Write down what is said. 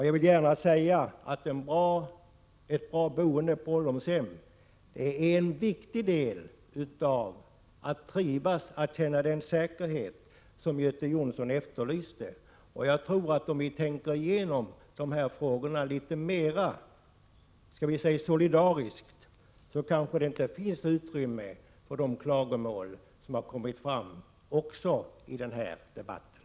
Jag vill gärna säga att ett bra boende på ålderdomshem är en viktig del av att trivas och känna den säkerhet som Göte Jonsson efterlyste. Jag tror att om vi tänker igenom de här frågorna litet mer solidariskt kanske det inte finns utrymme för de klagomål som framförts också i den här debatten.